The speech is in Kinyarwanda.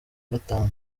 gatanu